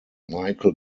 michael